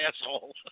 asshole